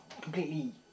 completely